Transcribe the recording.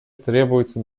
требуются